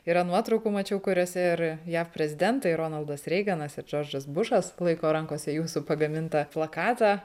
yra nuotraukų mačiau kuriose ir jav prezidentai ronaldas reiganas ir džordžas bušas laiko rankose jūsų pagamintą plakatą